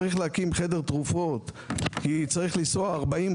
צריך להקים חדר תרופות כי צריך לנסוע 40,